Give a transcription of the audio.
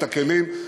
הכלים,